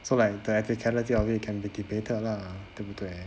so like the of it can be debated lah 对不对